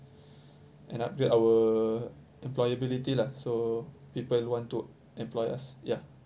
and upgrade our employability lah so people want to employ us ya